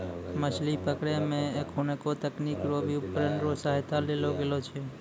मछली पकड़ै मे एखुनको तकनीकी रो भी उपकरण रो सहायता लेलो गेलो छै